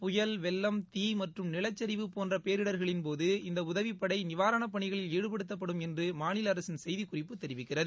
புயல் வெள்ளம் தீ மற்றும் நிலச்சிவு போன்ற பேரிடர்களின்போது இந்த உதவிப்படை நிவாரணப் பணிகளில் ஈடுபடுத்தப்படும் என்று மாநில அரசின் செய்திக்குறிப்பு தெரிவிக்கிறது